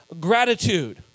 gratitude